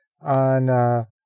on